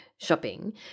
Shopping